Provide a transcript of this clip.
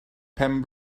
pen